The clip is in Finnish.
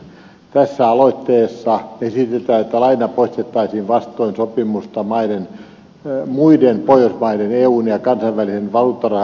tässä aloitteessa esitetään että laina poistettaisiin vastoin sopimusta muiden pohjoismaiden eun ja kansainvälisen valuuttarahaston kanssa